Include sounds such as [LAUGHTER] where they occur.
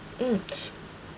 mm [BREATH]